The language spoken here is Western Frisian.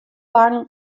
lang